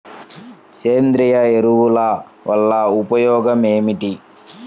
సేంద్రీయ ఎరువుల వల్ల ఉపయోగమేమిటీ?